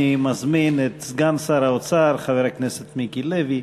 אני מזמין את סגן שר האוצר חבר הכנסת מיקי לוי